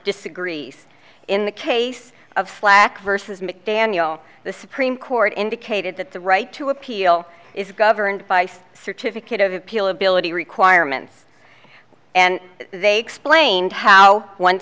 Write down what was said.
disagrees in the case of black versus mcdaniel the supreme court indicated that the right to appeal is governed by certificate of appeal ability requirements and they explained how one